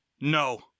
no